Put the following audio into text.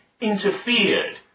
interfered